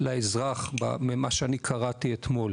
לאזרח ממה שאני קראתי אתמול.